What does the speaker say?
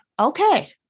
Okay